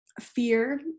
fear